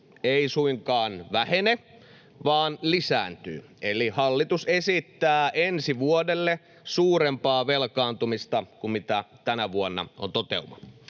ei suinkaan vähene, vaan lisääntyy. Eli hallitus esittää ensi vuodelle suurempaa velkaantumista kuin mitä tänä vuonna on toteuma,